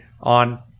on